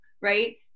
right